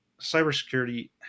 cybersecurity